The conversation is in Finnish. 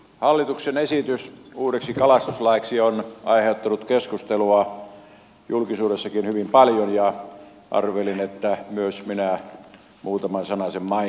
hallituksen esitys uudeksi kalastuslaiksi on aiheuttanut keskustelua julkisuudessakin hyvin paljon ja arvelin että myös minä muutaman sanasen mainitsen